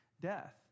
death